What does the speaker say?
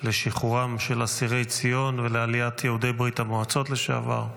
לשחרורם של אסירי ציון ולעליית יהודי ברית המועצות לשעבר.